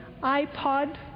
iPod